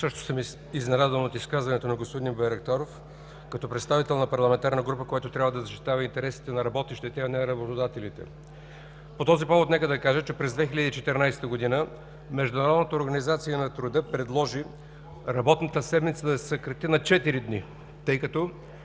също съм изненадан от изказването на господин Байрактаров – като представител на парламентарна група, която трябва да защитава интересите на работещите, а не на работодателите. По този повод нека да кажа, че през 2014 г. Международната организация на труда предложи работната седмица да се съкрати на четири дни, тъй като